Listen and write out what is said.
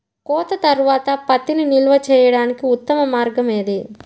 కోత తర్వాత పత్తిని నిల్వ చేయడానికి ఉత్తమ మార్గం ఏది?